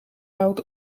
out